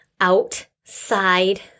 outside